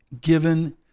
given